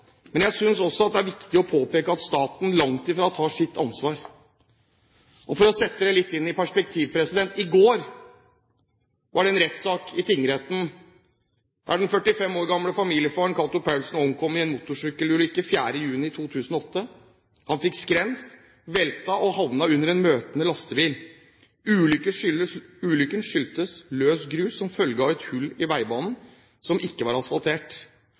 men jeg synes også det er viktig å påpeke at staten langt ifra tar sitt ansvar. For å sette det litt i perspektiv: I går var det en rettssak i tingretten om den 45 år gamle familiefaren Cato Paulsen, som omkom i en motorsykkelulykke 4. juni 2008. Han fikk skrens, veltet og havnet under en møtende lastebil. Ulykken skyldtes løs grus som følge av et hull i veibanen, som ikke var asfaltert.